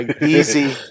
easy